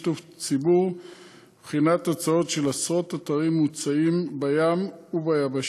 שיתוף ציבור ובחינת הצעות של עשרות אתרים בים וביבשה.